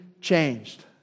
changed